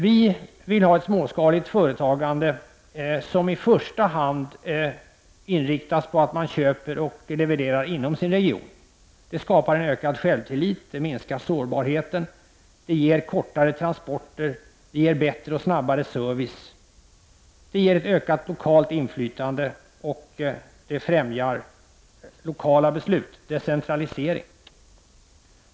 Vi vill ha ett småskaligt företagande som i första hand är inriktat på att man köper och levererar inom sin region. Det skapar en ökad självtillit, och det minskar sårbarheten. Det ger kortare transporter, bättre och snabbare service, ett ökat lokalt inflytande och det främjar lokala beslut, dvs. decentralisering.